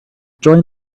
join